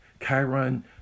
Chiron